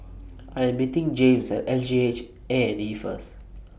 I Am meeting James At S G H A and E First